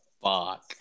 fuck